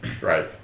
Right